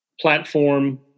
platform